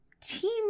team